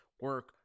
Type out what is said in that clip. Work